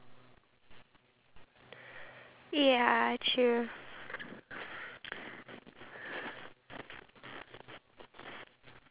to the um amount of banana is not balanced that's why the one at batam is much more nice you get the crunch even more and more cheese